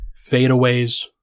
fadeaways